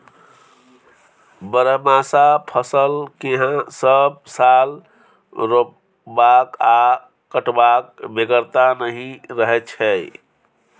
बरहमासा फसल केँ सब साल रोपबाक आ कटबाक बेगरता नहि रहै छै